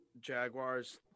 Jaguars